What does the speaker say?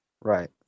Right